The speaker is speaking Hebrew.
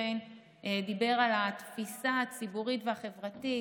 שיין דיבר על התפיסה הציבורית והחברתית,